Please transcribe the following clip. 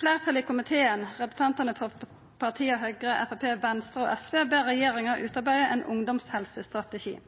Fleirtalet i komiteen, representantane for partia Høgre, Framstegspartiet, Venstre og SV, ber regjeringa utarbeida ein